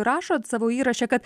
rašot savo įraše kad